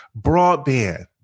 Broadband